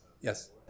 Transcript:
Yes